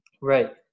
Right